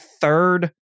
third